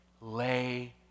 Lay